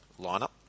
lineup